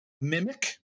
mimic